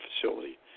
facility